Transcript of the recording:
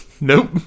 Nope